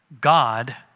God